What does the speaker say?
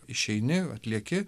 išeini atlieki